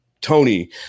Tony